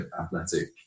athletic